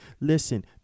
Listen